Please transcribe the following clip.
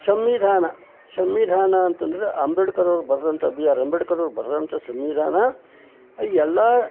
ಸಂವಿಧಾನ ಸಂವಿಧಾನ ಅಂತ ಅಂದ್ರೆ ಅಂಬೇಡ್ಕರ್ ಅವ್ರು ಬರದಂಥ ಬಿ ಆರ್ ಅಂಬೇಡ್ಕರ್ ಅವ್ರು ಬರದಂಥ ಸಂವಿಧಾನ ಎಲ್ಲ